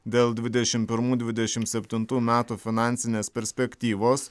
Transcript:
dėl dvidešimt pirmų dvidešimt septintų metų finansinės perspektyvos